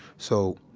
so,